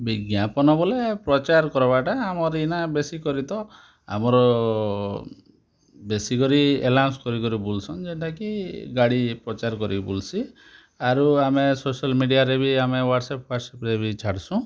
ବିଜ୍ଞାପନ ବୋଲେ ପ୍ରଚାର କର୍ବାଟା ଆମର୍ ଏଇନା ବେଶୀ କରି ତ ଆମର ବେଶୀ କରି ଆନାଉନ୍ସ କରି କରି ବୋଲ୍ସନ୍ ଯେନ୍ଟାକି ଗାଡ଼ି ପ୍ରଚାର କରି ବୁଲ୍ସି ଆରୁ ଆମେ ସୋସିଆଲ୍ ମିଡ଼ିଆରେ ବି ଆମେ ୱାଟ୍ସପ୍ ଫ୍ୱାଟ୍ସପ୍ରେ ଛାଡ଼୍ସୁଁ